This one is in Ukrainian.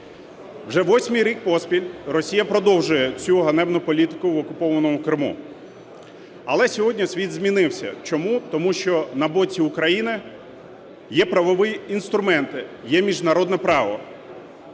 Вже восьмий рік поспіль Росія продовжує цю ганебну політику в окупованому Криму. Але сьогодні світ змінився. Чому? Тому що на боці України є правові інструменти, є міжнародне право.